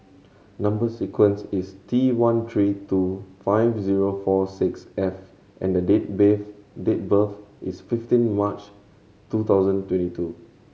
number sequence is T one three two five zero four six F and the date date birth is fifteen March two thousand and twenty two